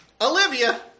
Olivia